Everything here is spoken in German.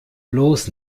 bloß